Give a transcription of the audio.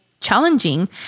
challenging